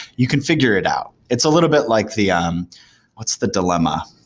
you can figure it out. it's a little bit like the um what's the dilemma?